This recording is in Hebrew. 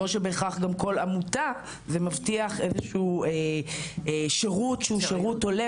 לא שבהכרח כל עמותה מבטיחה שירות שהוא שירות הולם,